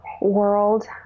world